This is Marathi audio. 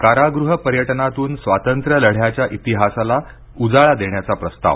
कारागृह पर्यटनातून स्वातंत्र्यलढ्याच्या इतिहासाला उजाळा देण्याचा प्रस्ताव